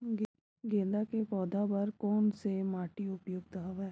गेंदा के पौधा बर कोन से माटी उपयुक्त हवय?